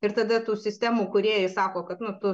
ir tada tų sistemų kūrėjai sako kad nu tu